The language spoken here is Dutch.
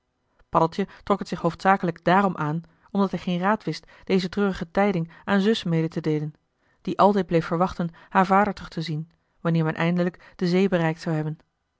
paddeltje trok het zich hoofdzakelijk daarom aan omdat hij geen raad wist deze treurige tijding aan zus mede joh h been paddeltje de scheepsjongen van michiel de ruijter te deelen die altijd bleef verwachten haar vader terug te zien wanneer men eindelijk de zee bereikt zou hebben